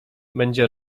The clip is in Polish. będzie